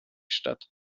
statt